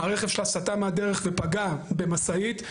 הרכב שלה סטה מהדרך ופגע במשאית,